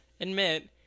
admit